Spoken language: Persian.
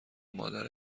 مادر